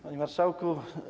Panie Marszałku!